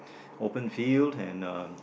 open field and uh